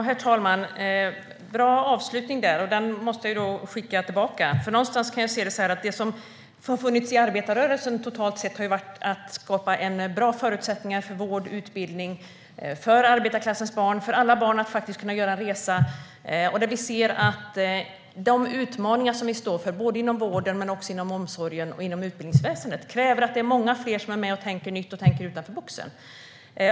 Herr talman! Det var en bra avslutning, och jag måste skicka tillbaka den. Som jag ser det har det inom arbetarrörelsen funnits en strävan efter att skapa bra förutsättningar för arbetarklassens barn och alla andra barn beträffande vård och utbildning och att kunna göra en "resa". De utmaningar vi står inför inom vården, omsorgen och utbildningsväsendet kräver att det är många fler som är med och tänker nytt och tänker utanför boxen.